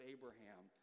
Abraham